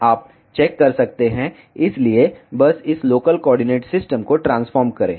आप चेक कर सकते हैं इसलिए बस इस लोकल कोऑर्डिनेट सिस्टम को ट्रांसफार्म करें